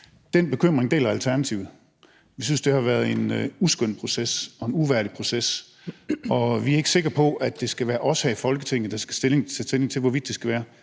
Den bekymring deler Alternativet. Vi synes, det har været en uskøn proces og en uværdig proces, og vi er ikke sikre på, at det skal være os her i Folketinget, der skal tage stilling til, hvorvidt en kollega